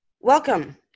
Welcome